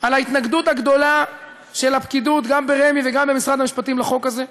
נורמלי עם המשפחה שלו.